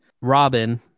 Robin